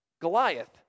Goliath